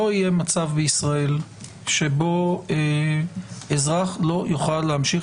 לא יהיה מצב בישראל שבו אזרח לא יוכל להמשיך